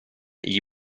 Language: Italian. gli